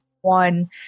one